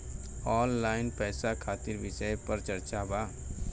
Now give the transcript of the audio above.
Online पैसा खातिर विषय पर चर्चा वा?